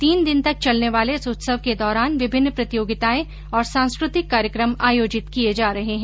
तीन दिन तक चलने वाले इस उत्सव के दौरान विभिन्न प्रतियोगिताएं और सांस्कृतिक कार्यकम आयोजित किये जा रहे हैं